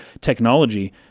Technology